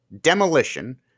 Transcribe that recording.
demolition